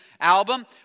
album